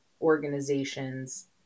organizations